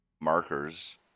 markers